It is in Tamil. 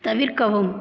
தவிர்க்கவும்